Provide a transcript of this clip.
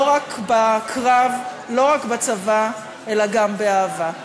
לא רק בצבא אלא גם באהבה.